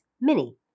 mini